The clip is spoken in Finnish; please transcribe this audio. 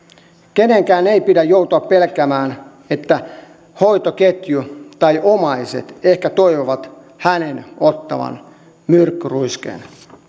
kenenkään ei pidä joutua pelkäämään että hoitoketju tai omaiset ehkä toivovat hänen ottavan myrkkyruiskeen